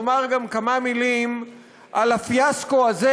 לומר גם כמה מילים על הפיאסקו הזה,